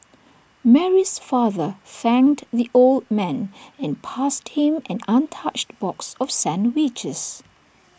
Mary's father thanked the old man and passed him an untouched box of sandwiches